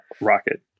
rocket